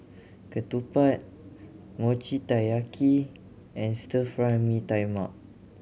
ketupat Mochi Taiyaki and Stir Fry Mee Tai Mak